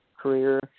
career